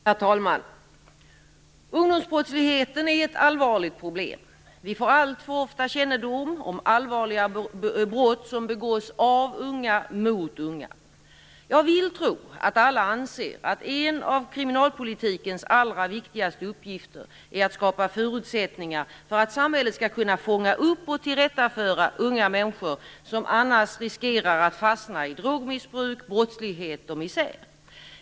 Herr talman! Ungdomsbrottsligheten är ett allvarligt problem. Vi får alltför ofta kännedom om allvarliga brott som begås av unga mot unga. Jag vill tro att alla anser att en av kriminalpolitikens allra viktigaste uppgifter är att skapa förutsättningar för att samhället skall kunna fånga upp och tillrättaföra unga människor som annars riskerar att fastna i drogmissbruk, brottslighet och misär.